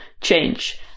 change